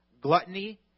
gluttony